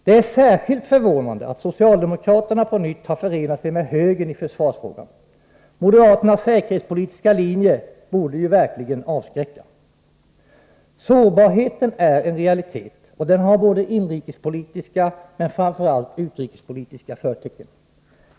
Det är särskilt förvånande att socialdemokraterna på nytt har förenat sig med högern i försvarsfrågan. Moderaternas säkerhetspolitiska linje borde verkligen avskräcka. Sårbarheten är en realitet, och den har inte bara inrikespolitiska utan framför allt också utrikespolitiska förtecken.